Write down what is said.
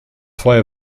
feuer